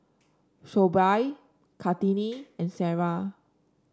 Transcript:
Shoaib Kartini and Sarah